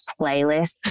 playlist